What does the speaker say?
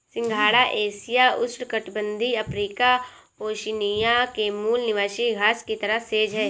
सिंघाड़ा एशिया, उष्णकटिबंधीय Africa, Oceania के मूल निवासी घास की तरह सेज है